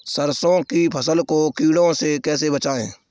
सरसों की फसल को कीड़ों से कैसे बचाएँ?